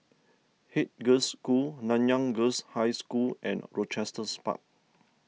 Haig Girls' School Nanyang Girls' High School and Rochester's Park